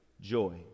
joy